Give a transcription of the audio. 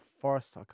Forest